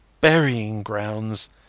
burying-grounds